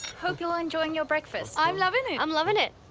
hope you are enjoying your breakfast. i'm lovin' it! i'm lovin' it!